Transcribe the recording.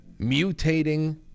mutating